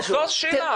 זו השאלה.